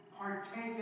partake